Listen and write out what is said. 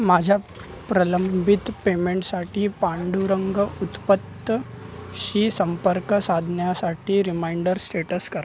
माझ्या प्रलंबित पेमेंटसाठी पांडुरंग उत्पत्तशी संपर्क साधण्यासाठी रिमाइंडर स्टेटस करा